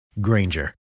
Granger